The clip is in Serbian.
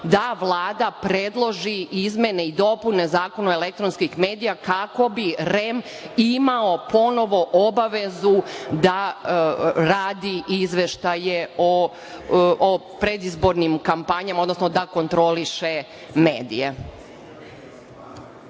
da Vlada predloži izmene i dopune Zakona o elektronskim medijima, kako bi REM imao ponovo obavezu da radi izveštaje o predizbornim kampanjama, odnosno da kontroliše medije?